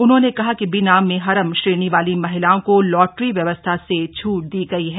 उन्होंने कहा कि बिना मेहरम श्रेणी वाली महिलाओं को लॉटरी व्यवस्था से छूट दी गई है